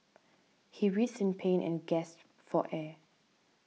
he writhed in pain and gasped for air